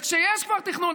וכשיש כבר תכנון,